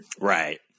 Right